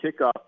kickoff